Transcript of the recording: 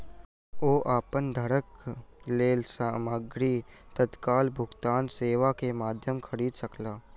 ओ अपन घरक लेल सामग्री तत्काल भुगतान सेवा के माध्यम खरीद सकला